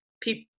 people